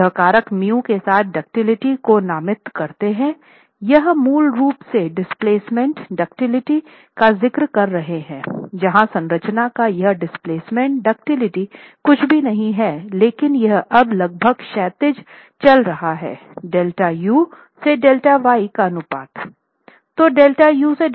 हम कारक μ के साथ दुक्तिलिटी को नामित करते हैं हम मूल रूप से डिस्प्लेसमेंट दुक्तिलिटी का जिक्र कर रहे है जहां संरचना का यह डिस्प्लेसमेंट दुक्तिलिटी कुछ भी नहीं है लेकिन यह अब लगभग क्षैतिज चल रहा है Δu से Δy का अनुपात